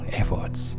efforts